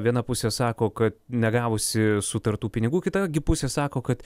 viena pusė sako kad negavusi sutartų pinigų kita gi pusė sako kad